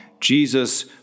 Jesus